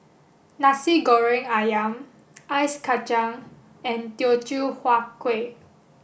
Nasi Goreng Ayam Ice Kacang and Teochew Huat Kuih